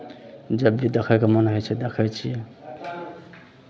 जब जी देखयके मोन होइ छै देखै छियै